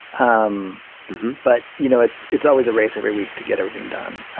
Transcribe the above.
um but you know it's it's always a race every week to get everything done,